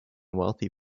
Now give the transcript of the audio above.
wealthy